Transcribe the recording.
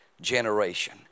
generation